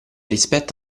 rispetto